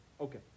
Okay